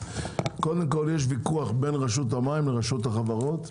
קודם כל יש ויכוח בין רשות המים לרשות החברות,